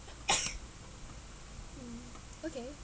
mm okay